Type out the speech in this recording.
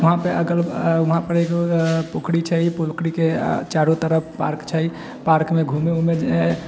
वहाँपर आकर वहाँपर एक पोखरि छै पोखरिके चारू तरफ पार्क छै पार्कमे घुमै वुमैके